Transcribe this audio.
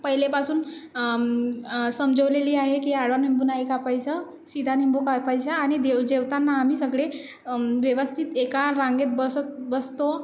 पहिलेपासून समजवलेले आहे की आडवा नींबू नाही कापायचा सीधा नींबू कापायचा आणि देव जेवताना आम्ही सगळे व्वयस्थित एका रांगेत बसत बसतो